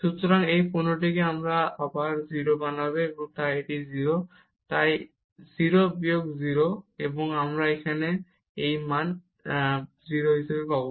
সুতরাং এই পণ্যটি এটিকে আবার 0 বানাবে এবং এটি 0 তাই 0 বিয়োগ 0 এবং আমরা আবার এই মান 0 হিসাবে পাব